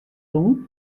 rûn